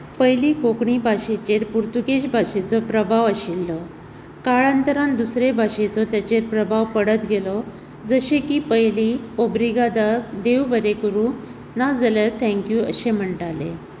पयलीं कोंकणी भाशेचेर पुर्तुगेज भाशेचो प्रभाव आशिल्लो काळांतरान दुसरे भाशेचो तेजेर प्रभाव पडत गेलो जशी की पयली ओब्रिगादाक देव बरें करुं ना जाल्यार थँक्यू अशें म्हणटाले